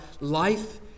life